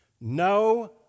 no